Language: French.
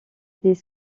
des